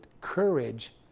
courage